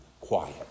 quiet